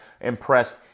impressed